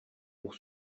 pour